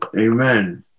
Amen